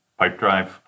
Pipedrive